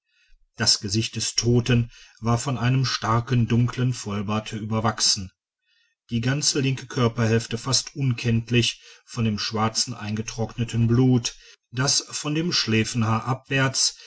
das gesicht des toten war von einem starken dunklen vollbart überwachsen die ganze linke kopfhälfte fast unkenntlich von dem schwarzen eingetrockneten blut das von dem schläfenhaar abwärts